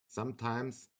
sometimes